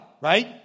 right